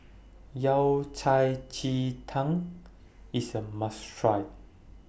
Yao Cai Ji Tang IS A must Try